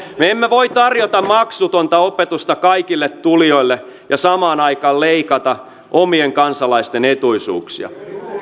me emme voi tarjota maksutonta opetusta kaikille tulijoille ja samaan aikaan leikata omien kansalaisten etuisuuksista